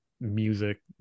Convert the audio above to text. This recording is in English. music